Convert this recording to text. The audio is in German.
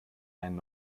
einen